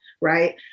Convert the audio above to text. right